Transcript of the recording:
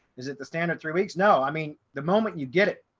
is it the standard three weeks? no, i mean, the moment you get it